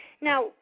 Now